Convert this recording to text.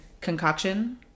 concoction